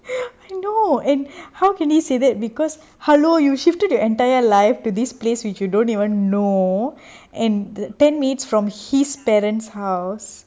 I know and how can you say that because hello you shifted your entire life to this place which you don't even know and the ten minutes from his parents house